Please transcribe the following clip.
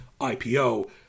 IPO